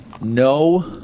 No